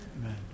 Amen